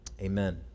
Amen